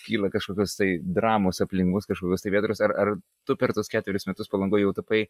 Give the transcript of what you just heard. kyla kažkokios tai dramos aplink mus kažkokios tai vėtros ar ar tu per tuos ketverius metus palangoj jau tapai